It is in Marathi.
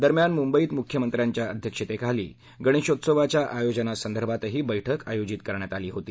दरम्यान मुंबईत मुख्यमंत्र्यांच्या अध्यक्षतेखाली गणेशोत्सवाच्या आयोजनासंदर्भातही बैठक आयोजित करण्यात आली होती